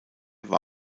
war